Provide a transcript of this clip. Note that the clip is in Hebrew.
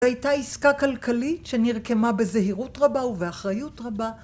הייתה עסקה כלכלית שנרקמה בזהירות רבה ובאחריות רבה